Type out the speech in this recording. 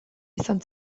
izan